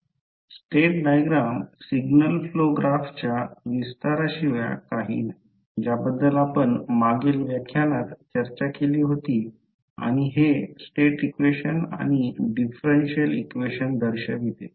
state diagram signal flow ग्राफच्या विस्ताराशिवाय काही नाही ज्याबद्दल आपण मागील व्याख्यानात चर्चा केली होती आणि हे स्टेट इक्वेशन आणि डिफरेन्शियल इक्वेशन दर्शविते